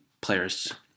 players